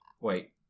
Wait